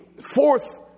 fourth